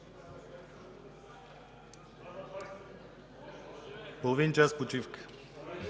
Половин час почивка.